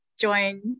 join